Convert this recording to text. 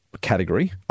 category